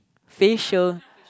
facial